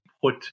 put